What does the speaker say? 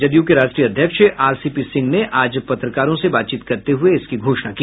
जदयू के राष्ट्रीय अध्यक्ष आरसीपी सिंह ने आज पत्रकारों से बातचीत करते हुए इसकी घोषणा की